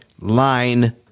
line